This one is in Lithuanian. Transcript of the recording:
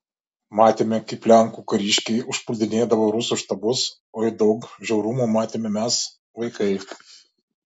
matėme kaip lenkų kariškiai užpuldinėdavo rusų štabus oi daug žiaurumų matėme mes vaikai